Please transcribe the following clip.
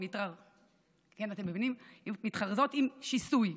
כן, אתם מבינים, שמתחרזות עם שיסוי.